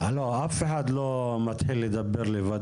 כמה כסף הם יקבלו?